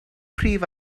prif